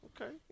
Okay